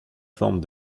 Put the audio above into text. forme